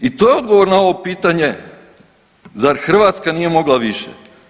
I to je odgovor na ovo pitanje, zar Hrvatska nije mogla više.